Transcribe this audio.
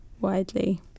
widely